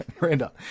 Miranda